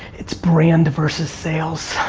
it's brand versus sales.